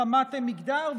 מחמת מגדר,